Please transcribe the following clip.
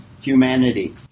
humanity